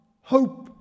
hope